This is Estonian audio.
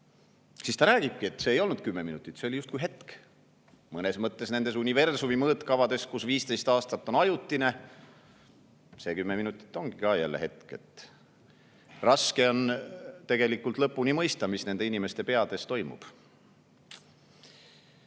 siis ta räägibki, et see ei olnud kümme minutit, see oli justkui hetk. Mõnes mõttes nendes universumi mõõtkavades, kus 15 aastat on ajutine, see kümme minutit ongi hetk. Raske on tegelikult lõpuni mõista, mis nende inimeste peades toimub. See